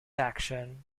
action